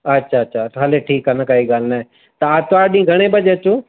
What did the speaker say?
अछा अछा त हले ठीकु आहे न काई ॻाल्हि नाहे त आरतवारु ॾींहुं घणे बजे अचूं